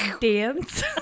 dance